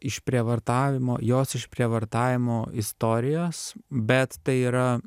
išprievartavimo jos išprievartavimo istorijos bet tai yra